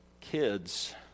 kids